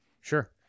Sure